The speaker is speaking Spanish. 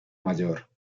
mayor